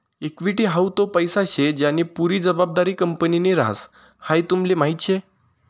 equity हाऊ तो पैसा शे ज्यानी पुरी जबाबदारी कंपनीनि ह्रास, हाई तुमले माहीत शे